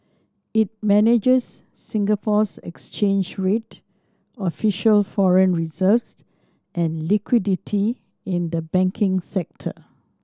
it manages Singapore's exchange rate official foreign reserves and liquidity in the banking sector